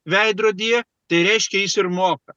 veidrodyje tai reiškia jis ir moka